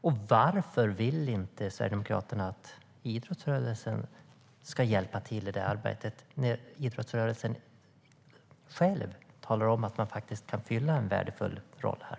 Och varför vill inte Sverigedemokraterna att idrottsrörelsen ska hjälpa till i det arbetet när idrottsrörelsen själv talar om att man faktiskt kan fylla en värdefull roll här?